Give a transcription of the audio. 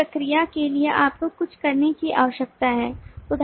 उस प्रक्रिया के लिए आपको कुछ करने की आवश्यकता है